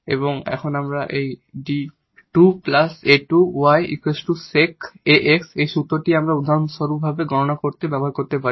এবং আমরা 𝐷 2 𝑎 2 𝑦 sec 𝑎𝑥 এই সূত্রটি উদাহরণস্বরূপ গণনা করতে ব্যবহার করতে পারি